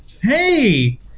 hey